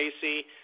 Casey